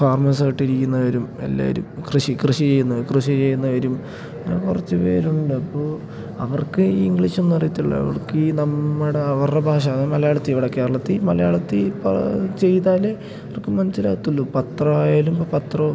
ഫാമർസായിട്ടിരിക്കുന്നവരും എല്ലാവരും കൃഷി കൃഷി ചെയ്യുന്ന കൃഷി ചെയ്യുന്നവരും അങ്ങനെ കുറച്ച് പേരുണ്ടപ്പോൾ അവർക്ക് ഈ ഇംഗ്ലീഷൊന്നും അറിയത്തില്ല അവർക്കീ നമ്മുടെ അവരുടെ ഭാഷ മലയാളത്തിൽ ഇവിടെ കേരളത്തിൽ മലയാളത്തിൽ ചെയ്താലേ അവർക്ക് മനസ്സിലാകത്തുള്ളൂ പത്രമായാലും പത്രമോ